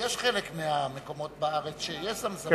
בחלק מהמקומות בארץ שיש זמזמים.